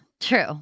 true